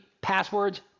passwords